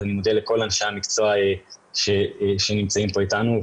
אני מודה לכל אנשי המקצוע שנמצאים כאן אתנו.